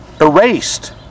erased